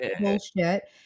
bullshit